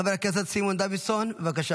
חבר הכנסת סימון דוידסון, בבקשה,